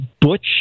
Butch